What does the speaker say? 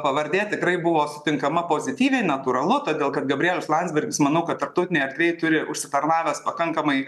pavardė tikrai buvo sutinkama pozityviai natūralu todėl kad gabrielius landsbergis manau kad tarptautinėj erdvėj turi užsitarnavęs pakankamai